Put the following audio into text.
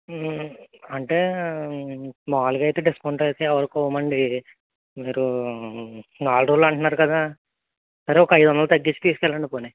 అంటే మామూలుగా అయితే డిస్కౌంట్ అయితే ఎవరికి ఇవ్వమండి మీరు నాలుగు రోజులు అంటున్నారు కదా సరే ఒక ఐదు వందలు తగ్గించి తీసుకు వెళ్ళండి పోనీ